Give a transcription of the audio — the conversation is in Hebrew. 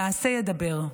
המעשה ידבר.